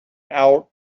out